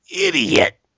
idiot